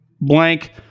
blank